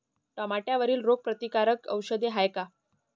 टमाट्यावरील रोग प्रतीकारक औषध हाये का?